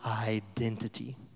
identity